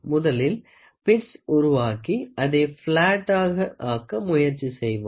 முதலில் பிட்ஸ் உருவாக்கி அதை பிளாட் ஆக ஆக்க முயற்சி செய்வோம்